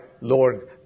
Lord